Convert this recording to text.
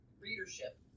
readership